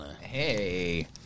hey